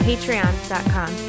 Patreon.com